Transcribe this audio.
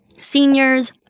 seniors